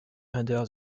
under